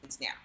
now